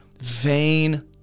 vain